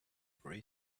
gray